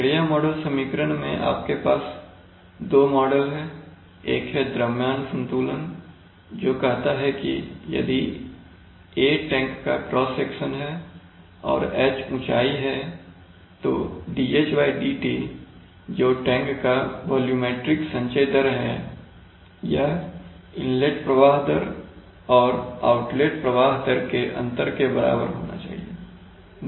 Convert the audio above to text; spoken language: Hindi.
प्रक्रिया मॉडल समीकरण में आपके पास 2 मॉडल हैं एक है द्रव्यमान संतुलन जो कहता है कि यदि A टैंक का क्रॉस सेक्शन है और H ऊंचाई है तो dHdt जो टैंक का वॉल्यूमेट्रिक संचय दर है यह इनलेट प्रवाह दर और आउटलेट प्रवाह दर के अंतर के बराबर होना चाहिए